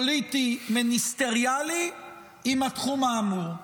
פוליטי או מיניסטריאלי עם התחום האמור.